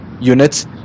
units